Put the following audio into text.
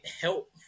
help